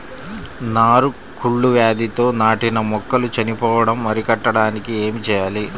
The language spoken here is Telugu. నారు కుళ్ళు వ్యాధితో నాటిన మొక్కలు చనిపోవడం అరికట్టడానికి ఏమి చేయాలి?